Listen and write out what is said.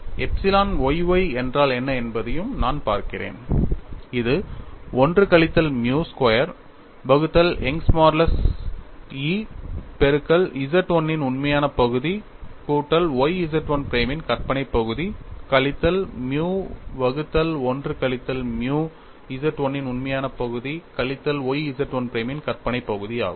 epsilon y y என்றால் என்ன என்பதையும் நான் பார்க்கிறேன் இது 1 கழித்தல் மியூ ஸ்கொயர் வகுத்தல் யங்கின் மாடுலஸால் Young's modulus E பெருக்கல் Z 1 இன் உண்மையான பகுதி கூட்டல் y Z 1 பிரைமின் கற்பனை பகுதி கழித்தல் மியூ வகுத்தல் 1 கழித்தல் மியூ Z 1 இன் உண்மையான பகுதி கழித்தல் y Z 1 பிரைமின் கற்பனை பகுதி ஆகும்